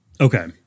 Okay